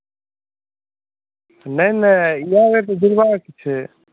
नहि नहि इएह तऽ बुझबाके छै